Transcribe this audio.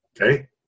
Okay